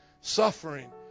suffering